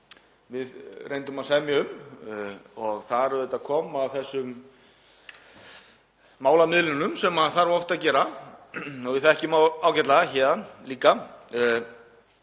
við reyndum að semja um og þar kom að þessum málamiðlunum sem þarf oft að gera og við þekkjum ágætlega héðan líka.